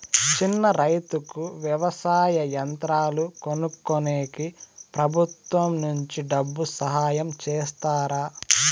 చిన్న రైతుకు వ్యవసాయ యంత్రాలు కొనుక్కునేకి ప్రభుత్వం నుంచి డబ్బు సహాయం చేస్తారా?